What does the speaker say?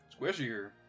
Squishier